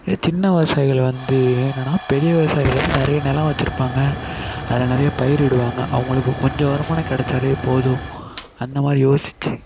இதே சின்ன விவசாயிகள் வந்து என்னன்னா பெரிய விவசாயிகள் வந்து நிறைய நிலம் வச்சிருப்பாங்க அதில் நிறைய பயிரிடுவாங்க அவங்களுக்கு கொஞ்ச வருமானம் கிடச்சாலே போதும் அந்த மாதிரி யோசிச்சு